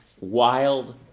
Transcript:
wild